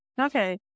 Okay